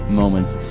moments